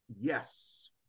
yes